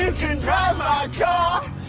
can drive my car